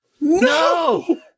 No